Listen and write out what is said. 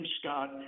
Scott